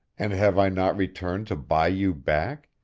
and have i not returned to buy you back,